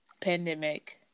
pandemic